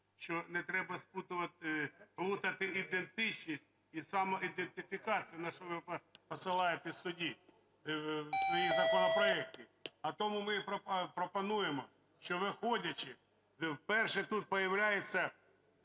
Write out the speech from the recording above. що не треба плутати ідентичність і самоідентифікацію, на що ви посилаєтесь в своєму законопроекті. А тому ми пропонуємо, що, виходячи… вперше тут появляються